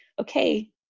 okay